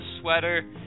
sweater